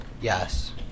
Yes